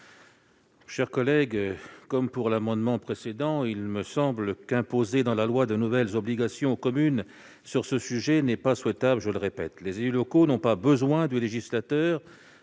à propos de l'amendement précédent, il me semble qu'imposer dans la loi de nouvelles obligations aux communes sur ce sujet n'est pas souhaitable. Les élus locaux n'ont pas besoin du législateur